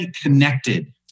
connected